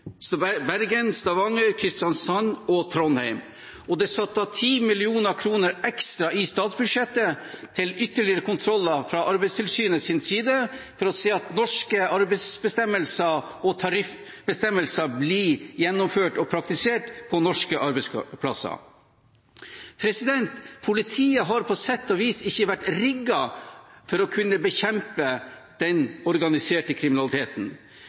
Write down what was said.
Bergen, Stavanger, Kristiansand og Trondheim, og det er satt av 10 mill. kr ekstra i statsbudsjettet til ytterligere kontroller fra Arbeidstilsynets side for å se at norske arbeidsbestemmelser og tariffbestemmelser blir gjennomført og praktisert på norske arbeidsplasser. Politiet har på sett og vis ikke vært rigget for å kunne bekjempe den organiserte kriminaliteten.